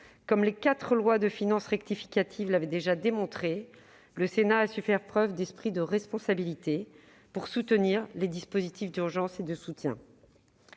des quatre lois de finances rectificatives l'ont déjà montré, le Sénat a su faire preuve d'esprit de responsabilité pour soutenir les dispositifs d'urgence et de soutien.